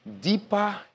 Deeper